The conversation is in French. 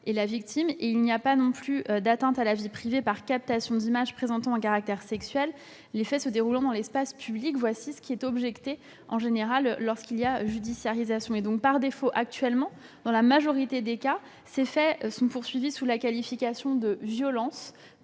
et la victime. Il n'y a pas non plus d'atteinte à la vie privée par captation d'images présentant un caractère sexuel, les faits se déroulant dans l'espace public. C'est ce qui est objecté, en général, lorsqu'il y a judiciarisation de tels agissements. Par défaut, actuellement, dans la majorité des cas, ces faits sont poursuivis sous la qualification de violences.